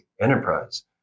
enterprise